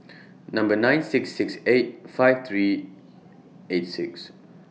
Number nine six six eight five three eight six